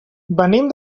venim